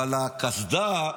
אבל הקסדה,